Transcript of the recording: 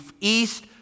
east